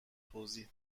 توضیح